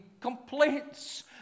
complaints